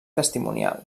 testimonial